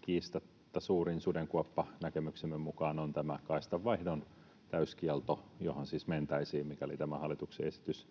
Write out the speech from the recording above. kiistatta suurin sudenkuoppa näkemyksemme mukaan on tämä kaistanvaihdon täyskielto, johon siis mentäisiin, mikäli tämä hallituksen esitys